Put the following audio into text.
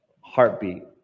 heartbeat